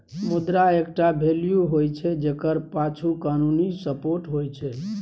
मुद्रा एकटा वैल्यू होइ छै जकर पाछु कानुनी सपोर्ट होइ छै